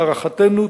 להערכתנו,